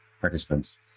participants